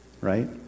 right